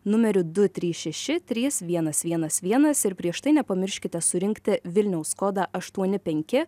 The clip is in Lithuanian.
numeriu du trys šeši trys vienas vienas vienas ir prieš tai nepamirškite surinkti vilniaus kodą aštuoni penki